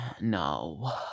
No